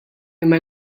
imma